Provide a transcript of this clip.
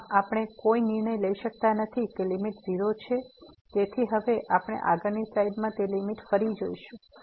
આમ આપણે કોઈ નિર્ણય લઇ શકતા નથી કે લીમીટ 0 છે તેથી હવે આપણે આગળની સ્લાઈડમાં તે લીમીટ ફરી જોશું